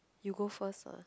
you go first